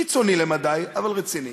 קיצוני למדי אבל רציני: